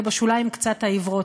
ובשוליים קצת העיוורות,